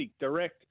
direct